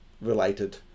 related